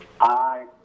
Aye